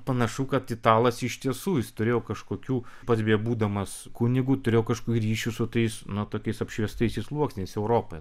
panašu kad italas iš tiesų jis turėjo kažkokių pats beje būdamas kunigu turėjo kažkokių ryšių su tais nu tokiais apšviestaisiais sluoksniais europoje